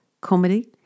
Comedy